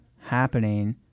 happening